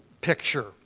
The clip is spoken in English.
picture